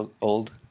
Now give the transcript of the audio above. old